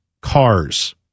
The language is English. cars